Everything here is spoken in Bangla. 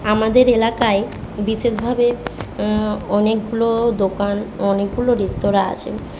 আমাদের এলাকায় বিশেষভাবে অনেকগুলো দোকান অনেকগুলো রেস্তরাঁ আছে